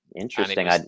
Interesting